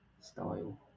style